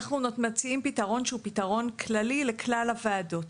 אנחנו מציעים פתרון שהוא פתרון כללי לכלל הוועדות.